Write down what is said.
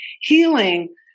Healing